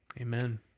Amen